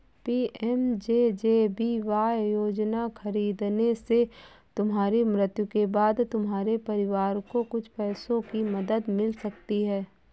PMJJBY योजना खरीदने से तुम्हारी मृत्यु के बाद तुम्हारे परिवार को कुछ पैसों की मदद मिल सकती है